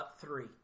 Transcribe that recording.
Three